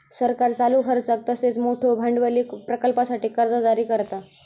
सरकार चालू खर्चाक तसेच मोठयो भांडवली प्रकल्पांसाठी कर्जा जारी करता